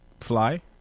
fly